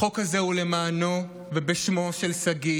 החוק הזה הוא למענו ובשמו של שגיא,